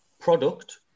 product